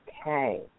Okay